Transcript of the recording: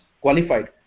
qualified